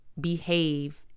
behave